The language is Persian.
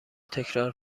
تکرار